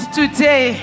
today